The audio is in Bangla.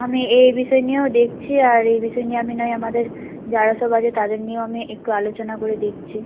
আমি এই বিষয় নিয়েও দেখছি আর এই বিষয় নিয়ে আমি নয় আমাদের যারা সব আছে তাদের নিয়েও আমি একটু আলোচনা করে দেখছি